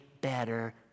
better